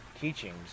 teachings